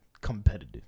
competitive